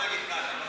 בוא נגיד ככה: